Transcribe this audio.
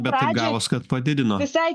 pradžiai visai